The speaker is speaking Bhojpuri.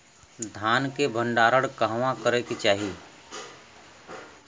धान के भण्डारण कहवा करे के चाही?